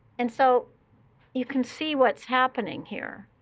and so you can see what's happening here,